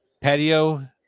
Patio